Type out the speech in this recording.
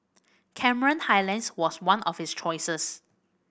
Cameron Highlands was one of his choices